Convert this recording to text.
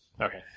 Okay